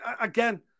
Again